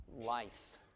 life